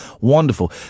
Wonderful